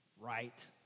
right